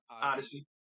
Odyssey